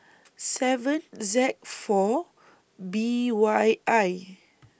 seven Z four B Y I